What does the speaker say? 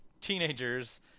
teenagers